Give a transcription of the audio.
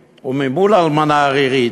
ועל זוג שכבר בגיל 80, וממול אלמנה ערירית,